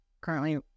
currently